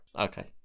Okay